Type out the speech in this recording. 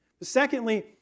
Secondly